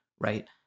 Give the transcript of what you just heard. right